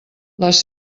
les